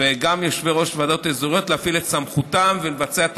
וגם יושבי-ראש ועדות אזוריות להפעיל את סמכותם ולבצע את